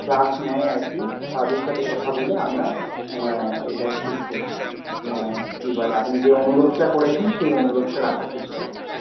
class নেয় আর কি তাদের সাথে কথা বলে আমরা এটা ঠিক করছি কি বলে আপনি যে অনুরোধটা করেছেন সেই অনুরোধটা রাখার চেষ্টা করছি